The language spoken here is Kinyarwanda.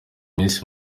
miss